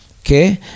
Okay